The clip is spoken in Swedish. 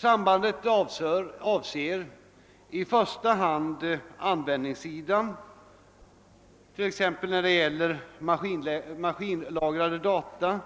Sambandet avser i första hand användningssidan, t.ex. när det gäller maskinlagrade data,